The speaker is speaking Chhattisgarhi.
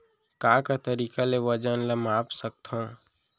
का का तरीक़ा ले वजन ला माप सकथो?